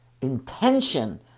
intention